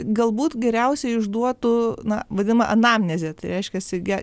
galbūt geriausiai išduotų na vadinama anamneze tai reiškiasi ge